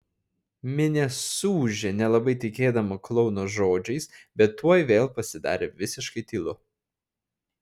minia suūžė nelabai tikėdama klouno žodžiais bet tuoj vėl pasidarė visiškai tylu